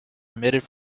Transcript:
emitted